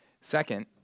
Second